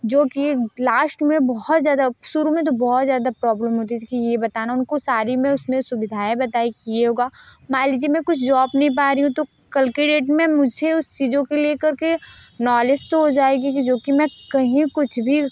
जो कि लाश्ट में बहुत ज़्यादा शुरू में तो बहुत ज़्यादा प्रॉब्लम होती थी कि ये बताना उनको सारी में उसमें सुविधाएं बताइ कि ये होगा मान लीजिए मैं कुछ जॉब नहीं पा रही हूँ तो कल के डेट में मुझे उन चीज़ों के ले कर के नॉलेज तो हो जाएगी कि जो कि मैं कहीं कुछ भी